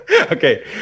Okay